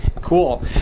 Cool